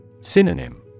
Synonym